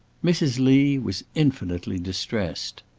mrs. lee was infinitely distressed.